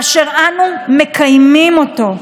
ואנו מקיימים אותו.